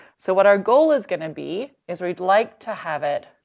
so what our goal is gonna and be is we'd like to have it.